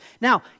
Now